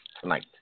tonight